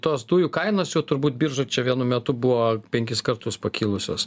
tos dujų kainos jau turbūt biržoj čia vienu metu buvo penkis kartus pakilusios